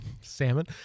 Salmon